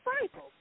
cycle